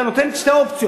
אתה נותן את שתי האופציות.